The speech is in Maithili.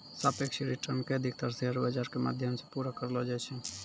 सापेक्ष रिटर्न के अधिकतर शेयर बाजार के माध्यम से पूरा करलो जाय छै